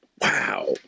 Wow